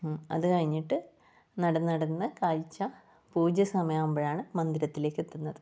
അതുകഴിഞ്ഞിട്ട് നടന്ന് നടന്ന് കാഴ്ച പൂജ സമയമാകുമ്പോഴാണ് മന്ദിരത്തിലേക്ക് എത്തുന്നത്